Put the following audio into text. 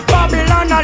Babylon